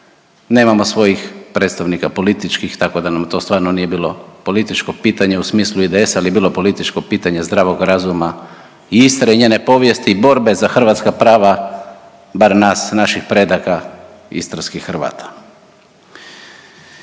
nemamo svojih predstavnika političkih tako da nam to stvarno nije bilo političko pitanje u smislu IDS-a, ali je bilo političko pitanje zdravog razuma Istre i njene povijesti i borbe za hrvatska prava, bar nas, naših predaka istarskih Hrvata.